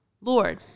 Lord